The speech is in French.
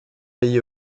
pays